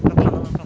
他